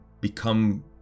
become